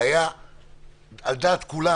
זה היה על דעת כולם.